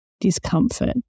discomfort